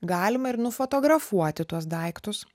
galima ir nufotografuoti tuos daiktus